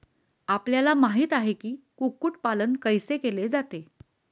आपल्याला माहित आहे की, कुक्कुट पालन कैसे केले जाते?